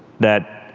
that,